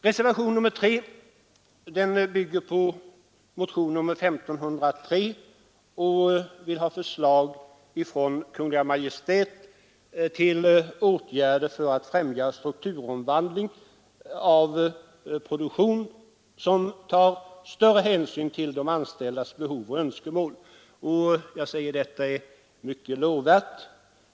Reservationen 3 bygger på motionen 1503 — reservanterna vill ha förslag från Kungl. Maj:t till åtgärder för att främja strukturomvandling av produktionen som tar större hänsyn till de anställdas behov och önskemål. Detta är mycket lovvärt.